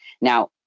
Now